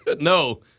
No